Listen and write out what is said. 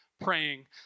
praying